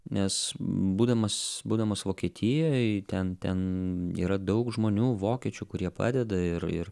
nes būdamas būdamas būdamas vokietijoj ten ten yra daug žmonių vokiečių kurie padeda ir ir